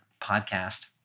podcast